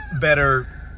better